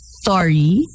Story